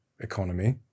economy